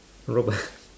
rope ah